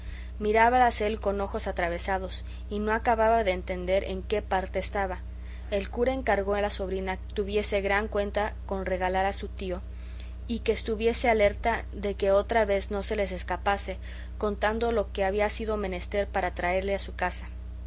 lecho mirábalas él con ojos atravesados y no acababa de entender en qué parte estaba el cura encargó a la sobrina tuviese gran cuenta con regalar a su tío y que estuviesen alerta de que otra vez no se les escapase contando lo que había sido menester para traelle a su casa